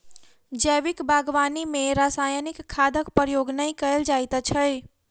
जैविक बागवानी मे रासायनिक खादक प्रयोग नै कयल जाइत छै